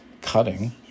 cutting